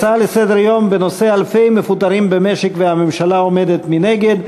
הצעה לסדר-היום מס' 1897 בנושא: אלפי מפוטרים במשק והממשלה עומדת מנגד,